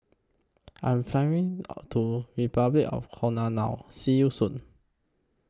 I'm Flying to Repuclic of The Congo now See YOU Soon